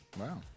Wow